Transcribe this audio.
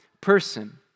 person